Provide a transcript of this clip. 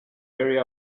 area